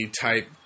type